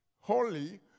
holy